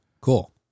cool